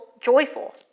joyful